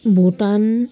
Bhutan